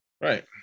right